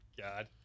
God